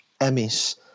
Emmy's